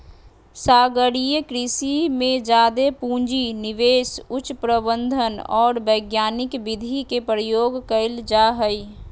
सागरीय कृषि में जादे पूँजी, निवेश, उच्च प्रबंधन और वैज्ञानिक विधि के प्रयोग कइल जा हइ